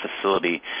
facility